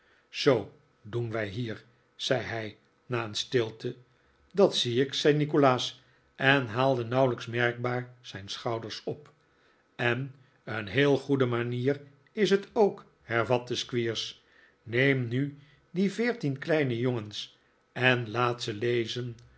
zoo doen wij hier zei hij na een stilte dat zie ik zei nikolaas en haalde nauwelijks merkbaar zijn schouders op en een heel goede manier is het ook hervatte squeers jneem nu die veertien kleine jongens en laat ze lezen